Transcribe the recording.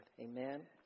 Amen